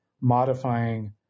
modifying